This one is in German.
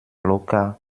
locker